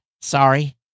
Sorry